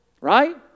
Right